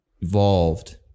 evolved